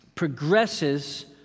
Progresses